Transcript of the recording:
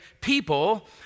people